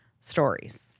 stories